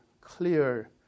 clear